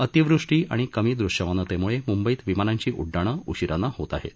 अतिवृष्टी आणि कमी दृश्यमानतेम्ळे म्ंबईत विमानांची उड्डाणं उशीरानं होत होती